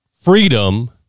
freedom